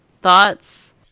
thoughts